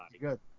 good